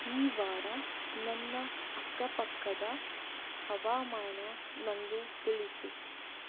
ಈ ವಾರ ನನ್ನ ಅಕ್ಕಪಕ್ಕದ ಹವಾಮಾನ ನಂಗೆ ತಿಳಿಸು